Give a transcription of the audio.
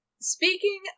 Speaking